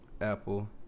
Apple